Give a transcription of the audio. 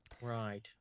Right